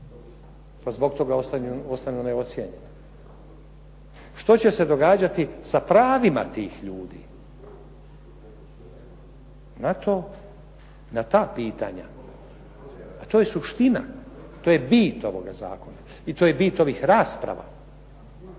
pa zbog toga ostanu neocijenjeni. Što će se događati sa pravima tih ljudi? Na to, na ta pitanja, a to je suština, to je bit ovoga zakona i to je bit ovih rasprava